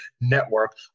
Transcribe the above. Network